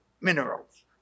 minerals